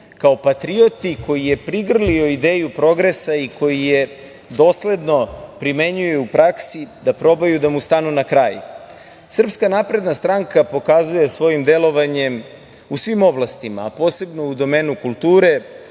kao patrioti, koji je prigrlio ideju progresa i koji je dosledno primenjuje u praksi da probaju da mu stanu na kraj. Srpska napredna stranka pokazuje svojim delovanjem u svim oblastima, a posebno u domenu kulture,